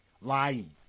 lying